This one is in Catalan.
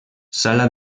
sala